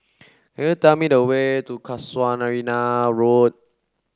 could you tell me the way to Road